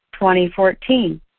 2014